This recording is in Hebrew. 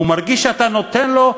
הוא מרגיש שאתה נותן לו,